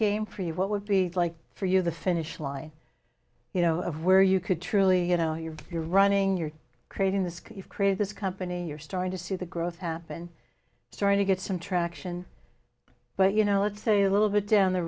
endgame for you what would be like for you the finish line you know of where you could truly you know you're you're running you're creating the skiff craze this company you're starting to see the growth happen starting to get some traction but you know it's a little bit down the